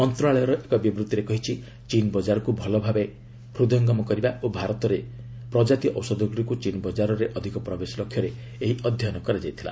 ମନ୍ତଶାଳୟ ଏକ ବିବୃଭିରେ କହିଛି ଚୀନ୍ ବଜାରକ୍ତ ଭଲଭାବେ ହୃଦୟଙ୍ଗମ କରିବା ଓ ଭାରତର ପ୍ରଜାତି ଔଷଧଗୁଡ଼ିକୁ ଚୀନ୍ ବଜାରରେ ଅଧିକ ପ୍ରବେଶ ଲକ୍ଷ୍ୟରେ ଏହି ଅଧ୍ୟୟନ କରାଯାଇଥିଲା